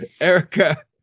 Erica